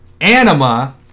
Anima